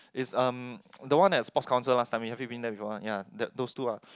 is um the one that sport council last time have you been there before yea that those two ah